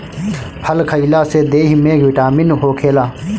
फल खइला से देहि में बिटामिन होखेला